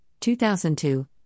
2002